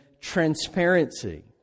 transparency